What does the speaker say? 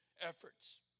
efforts